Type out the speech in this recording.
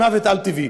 מוות לא טבעי.